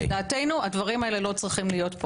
לדעתנו הדברים הללו לא צריכים להיות פה.